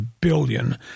billion